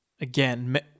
again